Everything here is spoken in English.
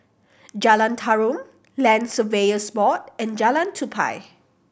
Jalan Tarum Land Surveyors Board and Jalan Tupai